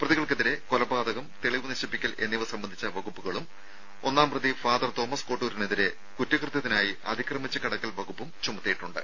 പ്രതികൾക്കെതിരെ കൊലപാതകം തെളിവ് നശിപ്പിക്കൽ എന്നിവ സംബന്ധിച്ച വകുപ്പുകളും ഒന്നാം പ്രതി ഫാദർ തോമസ് കോട്ടൂരിനെതിരെ കുറ്റകൃത്യത്തിനായി അതിക്രമിച്ച് കടക്കൽ വകുപ്പും ചുമത്തിയിട്ടുണ്ട്